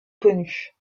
connue